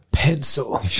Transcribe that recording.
pencil